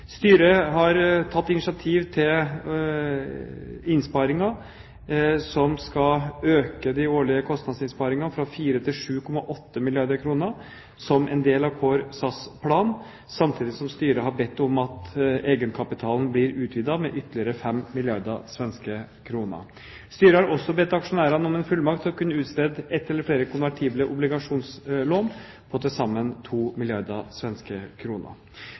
Styret har tatt initiativ til innsparinger som skal øke de årlige kostnadsinnsparingene fra 4 til 7,8 milliarder kr, som en del av Core SAS-planen, samtidig som styret har bedt om at egenkapitalen blir utvidet med ytterligere 5 milliarder svenske kr. Styret har også bedt aksjonærer om en fullmakt til å kunne utstede ett eller flere konvertible obligasjonslån på til sammen 2 milliarder svenske